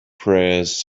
prayers